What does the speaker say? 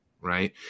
right